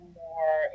more